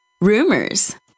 rumors